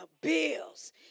bills